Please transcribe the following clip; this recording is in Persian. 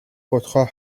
خودخواه